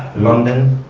london,